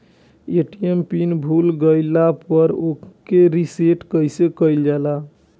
ATM PIN भूल गईल पर ओके रीसेट कइसे कइल जाला?